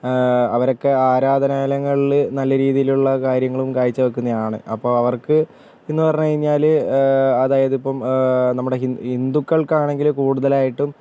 അവർക്ക് ആരാധനാലയങ്ങളില് നല്ല രിതിലുള്ള കാര്യങ്ങൾ കാഴ്ച്ച വയ്ക്കുന്നതാണ് അപ്പോൾ അവർക്ക് എന്ന് പറഞ്ഞ് കഴിഞ്ഞാല് അതായത് ഇപ്പം നമ്മുടെ ഹിന്ദുക്കൾക്ക് ആണെങ്കില് കുടുതലായിട്ടും